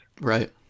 Right